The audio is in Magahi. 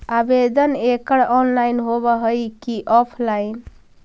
आवेदन एकड़ ऑनलाइन होव हइ की ऑफलाइन?